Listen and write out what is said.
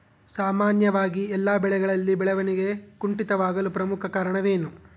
ಸಾಮಾನ್ಯವಾಗಿ ಎಲ್ಲ ಬೆಳೆಗಳಲ್ಲಿ ಬೆಳವಣಿಗೆ ಕುಂಠಿತವಾಗಲು ಪ್ರಮುಖ ಕಾರಣವೇನು?